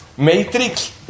Matrix